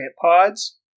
Pods